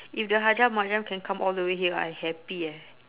if the hajjah mariam can come all the way here I happy eh